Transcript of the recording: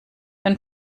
ein